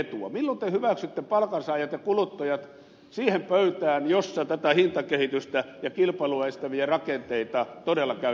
milloin te hyväksytte palkansaajat ja kuluttajat siihen pöytään jossa tätä hintakehitystä ja kilpailua estäviä rakenteita todella käydään läpi